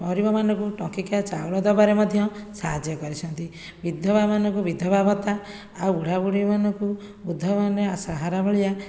ଗରିବ ମାନଙ୍କୁ ଟଙ୍କିକିଆ ଚାଉଳ ଦେବାରେ ମଧ୍ୟ ସାହାଯ୍ୟ କରୁଛନ୍ତି ବିଧବା ମାନଙ୍କୁ ବିଧବା ଭତ୍ତା ଆଉ ବୁଢାବୁଢ଼ୀ ମାନଙ୍କୁ ବୃଦ୍ଧ ମାନେ ସାହାରା ଭଳିଆ